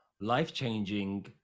life-changing